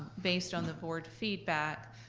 based on the board feedback,